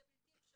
זה בלתי אפשרי.